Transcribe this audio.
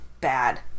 bad